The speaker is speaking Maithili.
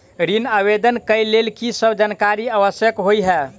ऋण आवेदन केँ लेल की सब जानकारी आवश्यक होइ है?